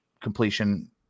completion